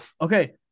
Okay